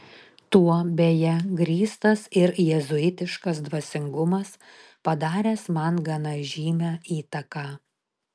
tuo beje grįstas ir jėzuitiškas dvasingumas padaręs man gana žymią įtaką